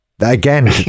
Again